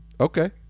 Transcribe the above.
okay